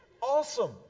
Awesome